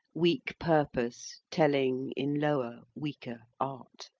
weak purpose, telling in lower, weaker art.